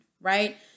right